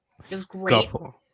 Scuffle